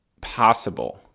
possible